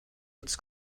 its